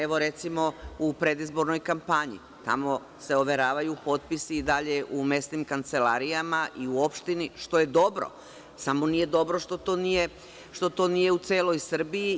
Evo, recimo u predizbornoj kampanji, tamo se overavaju potpisi i dalje u mesnim kancelarijama i u opštini što je dobro, samo nije dobro što nije u celoj Srbiji.